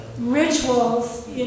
rituals